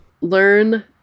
Learn